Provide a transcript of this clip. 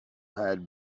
had